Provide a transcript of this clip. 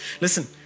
listen